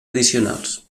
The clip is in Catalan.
addicionals